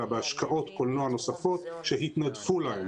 הוא תלוי בהשקעות קולנוע נוספות שהתנדפו להן.